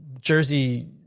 Jersey